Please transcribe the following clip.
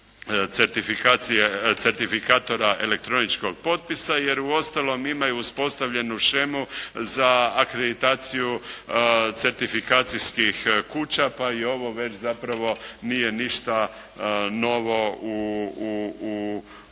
certifikatora elektroničkog potpisa jer uostalom imaju uspostavljenju shemu za akreditaciju certifikacijskih kuća pa i ovo već zapravo nije ništa novo u njihovoj